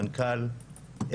מנכ"ל,